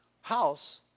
house